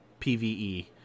pve